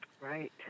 Right